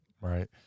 Right